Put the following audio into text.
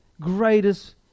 greatest